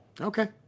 Okay